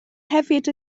hefyd